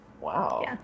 Wow